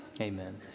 Amen